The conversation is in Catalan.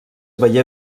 veié